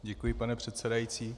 Děkuji, pane předsedající.